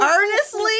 earnestly